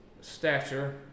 stature